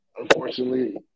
Unfortunately